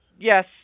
Yes